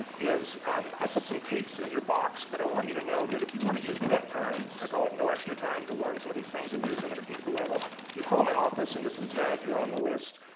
is um i put some tapes in your box but i want you know that if you wanna use net time, i call it, no extra time to learn some of these things and use them on a deeper level. if you call my office and you're from ted, you're on the list,